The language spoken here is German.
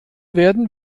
werden